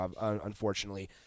unfortunately